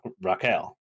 Raquel